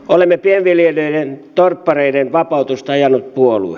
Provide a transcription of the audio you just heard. olemme pienviljelijöiden torppareiden vapautusta ajanut puolue